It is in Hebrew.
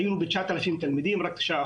היינו ב-9,000 תלמידים, רק 9%,